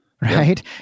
Right